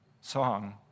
song